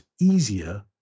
easier